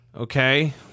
okay